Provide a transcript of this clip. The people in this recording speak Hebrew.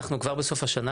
אנחנו כבר בסוף השנה,